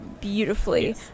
beautifully